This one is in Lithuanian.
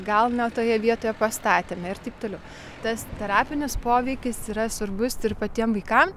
gal ne toje vietoje pastatėme ir taip toliau tas terapinis poveikis yra svarbus ir patiem vaikam